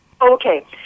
Okay